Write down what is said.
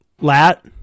lat